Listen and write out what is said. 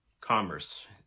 commerce